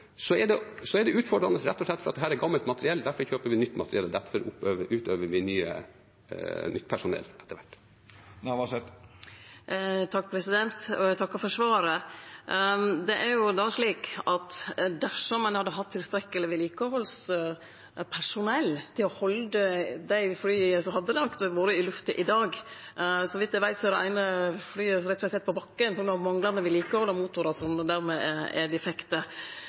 så jeg er ikke bekymret for at vi ikke skal evne å løse det oppdraget. Men akkurat når det gjelder overvåkingsflyene, er det utfordrende rett og slett fordi dette er gammelt materiell. Derfor kjøper vi nytt materiell, og derfor øver vi opp nytt personell. Takk for svaret. Det er jo slik at dersom ein hadde hatt eit sterkare vedlikehaldspersonell, hadde dei flya vore i lufta i dag. Så vidt eg veit, er det eine flyet sett på bakken rett og slett på grunn av manglande vedlikehald og motorar som er defekte.